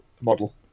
model